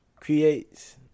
creates